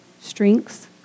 strengths